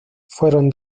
fueron